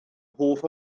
hoff